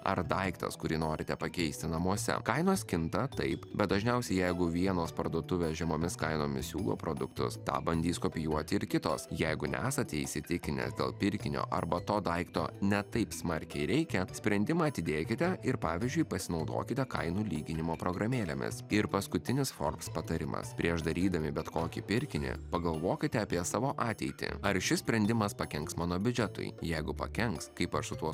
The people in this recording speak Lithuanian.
ar daiktas kurį norite pakeisti namuose kainos kinta taip bet dažniausiai jeigu vienos parduotuvės žemomis kainomis siūlo produktus tą bandys kopijuoti ir kitos jeigu nesate įsitikinęs dėl pirkinio arba to daikto ne taip smarkiai reikia sprendimą atidėkite ir pavyzdžiui pasinaudokite kainų lyginimo programėlėmis ir paskutinis forbes patarimas prieš darydami bet kokį pirkinį pagalvokite apie savo ateitį ar šis sprendimas pakenks mano biudžetui jeigu pakenks kaip aš su tuo